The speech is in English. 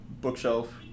bookshelf